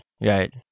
right